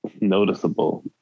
noticeable